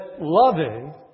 loving